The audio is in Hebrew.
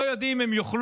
לא יודעים אם הם יוכלו